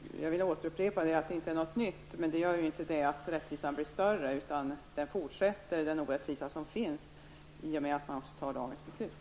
Herr talman! Jag vill upprepa att det inte är något nytt, men det gör ju inte att rättvisan blir större, utan den orättvisa som finns fortsätter i och med dagens beslut.